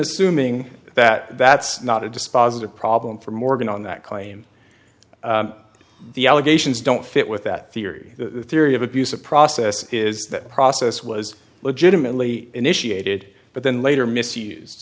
assuming that that's not a dispositive problem for morgan on that claim the allegations don't fit with that theory the theory of abuse of process is that process was legitimately initiated but then later misuse